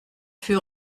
fut